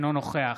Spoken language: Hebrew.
אינו נוכח